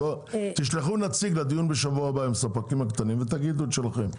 תשלחו נציג לדיון בשבוע הבא עם הספקים הקטנים ותגידו את שלכם.